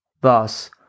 thus